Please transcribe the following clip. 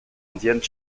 indiennes